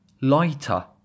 LIGHTER